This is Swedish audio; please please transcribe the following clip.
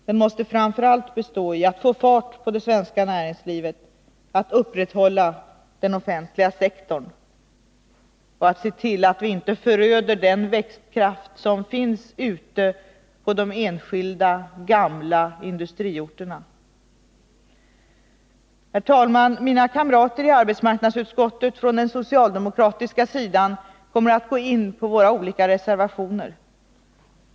Den måste framför allt bestå i att få fart på det svenska näringslivet, att upprätthålla den offentliga sektorn och att se till att vi inte föröder den växtkraft som finns ute på de gamla industriorterna. Herr talman! Mina kamrater i arbetsmarknadsutskottet från den socialdemokratiska sidan kommer att gå in på våra olika reservationer.